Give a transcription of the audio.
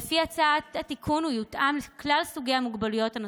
ולפי הצעת התיקון הוא יותאם לכל סוגי המוגבלויות הנוספות,